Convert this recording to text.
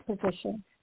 position